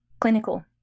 clinical